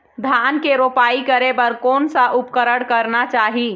धान के रोपाई करे बर कोन सा उपकरण करना चाही?